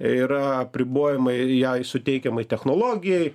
yra apribojimai jai suteikiamai technologijai